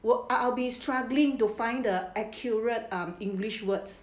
!wah! I I'll be struggling to find the accurate um english words